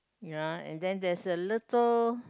ya and then there's a little